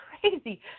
crazy